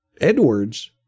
Edwards